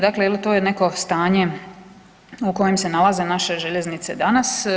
Dakle to je neko stanje u kojem se nalaze naše željeznice danas.